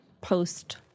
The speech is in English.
post-